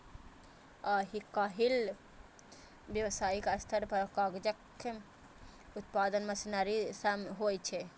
आइकाल्हि व्यावसायिक स्तर पर कागजक उत्पादन मशीनरी सं होइ छै